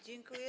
Dziękuję.